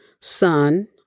son